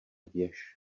věž